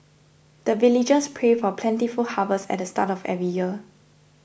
the villagers pray for plentiful harvest at the start of every year